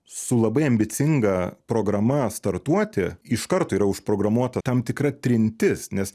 su labai ambicinga programa startuoti iš karto yra užprogramuota tam tikra trintis nes